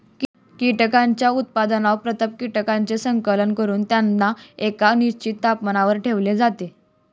कीटकांच्या उत्पादनात प्रथम कीटकांचे संकलन करून त्यांना एका निश्चित तापमानाला ठेवले जाते